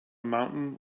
mountain